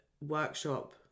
workshop